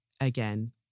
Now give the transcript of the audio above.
Again